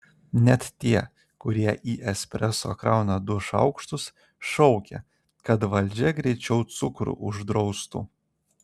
net tie kurie į espreso krauna du šaukštus šaukia kad valdžia greičiau cukrų uždraustų